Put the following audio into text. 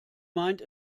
meint